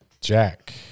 Jack